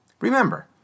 Remember